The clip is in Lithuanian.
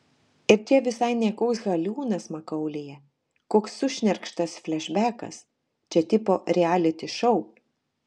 ir čia visai ne koks haliūnas makaulėje joks sušnerkštas flešbekas čia tipo rialiti šou